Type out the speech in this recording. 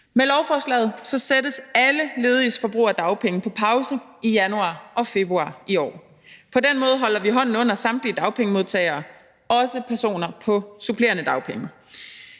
Med lovforslaget sættes alle lediges forbrug af dagpenge på pause i januar og februar i år. På den måde holder vi hånden under samtlige dagpengemodtagere, også personer på supplerende dagpenge.